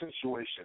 situation